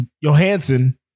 Johansson